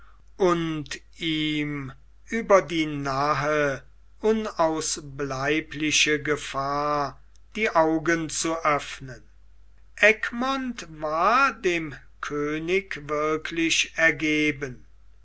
und ihm über die nahe unausbleibliche gefahr die augen zu öffnen egmont war dem könig wirklich ergeben